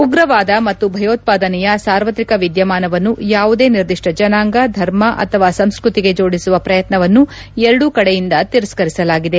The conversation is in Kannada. ಉಗ್ರವಾದ ಮತ್ತು ಭಯೋತ್ವಾದನೆಯ ಸಾರ್ವತ್ರಿಕ ವಿದ್ಯಮಾನವನ್ನು ಯಾವುದೇ ನಿರ್ದಿಷ್ಲ ಜನಾಂಗ ಧರ್ಮ ಅಥವಾ ಸಂಸ್ಕೃತಿಗೆ ಜೋಡಿಸುವ ಪ್ರಯತ್ನವನ್ನು ಎರಡೂ ಕಡೆಯಿಂದ ತಿರಸ್ತರಿಸಲಾಗಿದೆ